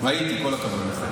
ראיתי, כל הכבוד לך.